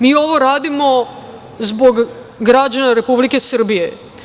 Mi ovo radimo zbog građana Republike Srbije.